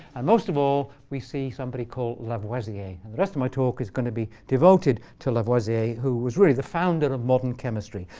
and most of all, we see somebody call lavoisier. and the rest of my talk is going to be devoted lavoisier, who was really the founder of modern chemistry.